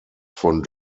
von